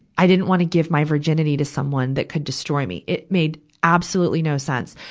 i didn't wanna give my virginity to someone that could destroy me. it made absolutely no sense,